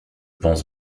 pense